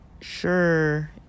Sure